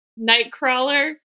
Nightcrawler